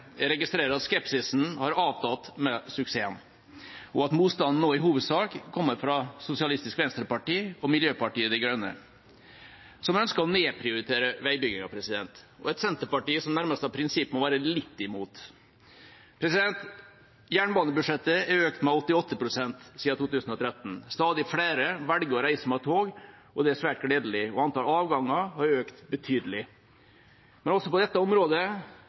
Jeg registrerer at skepsisen har avtatt med suksessen, og at motstanden nå i hovedsak kommer fra Sosialistisk Venstreparti og Miljøpartiet De Grønne, som ønsker å nedprioritere veibyggingen – og et Senterparti som nærmest av prinsipp må være litt imot. Jernbanebudsjettet er økt med 88 pst. siden 2013. Stadig flere velger å reise med tog, og det er svært gledelig. Antall avganger har økt betydelig. Men også på dette området